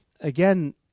again